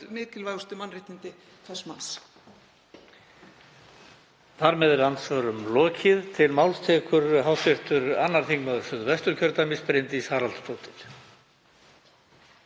mikilvægustu mannréttindi hvers manns.